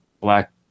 black